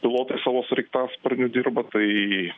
pilotai savo sraigtasparniu dirba tai